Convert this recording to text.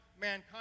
mankind